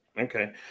Okay